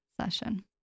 session